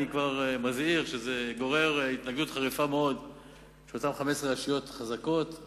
אני כבר מזהיר שזה גורר התנגדות חריפה מאוד של אותן 15 רשויות חזקות,